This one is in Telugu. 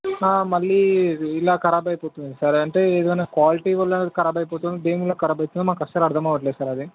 మళ్ళీ ఇలా కరాబ్ అయిపోతుంది సార్ అంటే ఏదైన క్వాలిటీ వల్ల అది కరాబ్ అయిపోతుంది దేని వల్ల కరాబ్ అయితుందో మాకు అసలు అర్ధం అవ్వట్లేదు సార్ అది